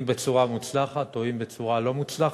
אם בצורה מוצלחת ואם בצורה לא מוצלחת.